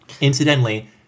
Incidentally